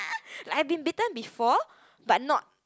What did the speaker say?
I have been bitten before but not